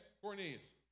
Cornelius